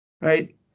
right